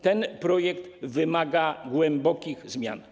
Ten projekt wymaga głębokich zmian.